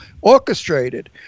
orchestrated